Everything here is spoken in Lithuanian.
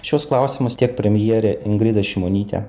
šiuos klausimus tiek premjerė ingrida šimonytė